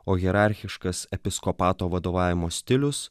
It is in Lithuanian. o hierarchiškas episkopato vadovavimo stilius